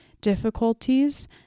difficulties